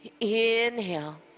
Inhale